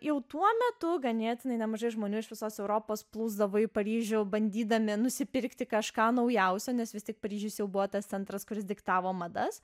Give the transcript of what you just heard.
jau tuo metu ganėtinai nemažai žmonių iš visos europos plūsdavo į paryžių bandydami nusipirkti kažką naujausio nes vis tik paryžius jau buvo tas centras kuris diktavo madas